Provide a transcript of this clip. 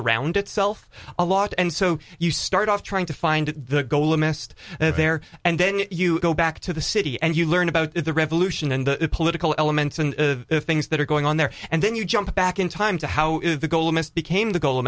around itself a lot and so you start off trying to find the goal of mest there and then you go back to the city and you learn about the revolution and the political elements and the things that are going on there and then you jump back in time to how the goal of this became the goal